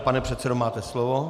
Pane předsedo, máte slovo.